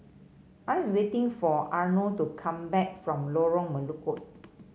I am waiting for Arno to come back from Lorong Melukut